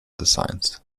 designs